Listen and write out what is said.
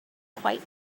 quite